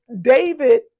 David